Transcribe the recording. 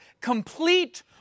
complete